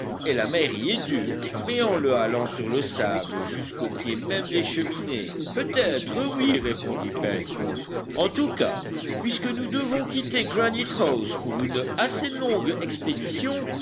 et la mer y est dure mais en le halant sur le sable jusqu'au pied même des cheminées peut-être oui répondit pencroff en tout cas puisque nous devons quitter granite house pour une assez longue expédition